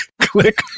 click